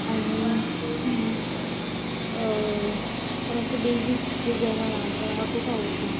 आनी आनी अशें जें बेजीक जेवण आसा तें म्हाका खूब आवडटा